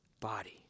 body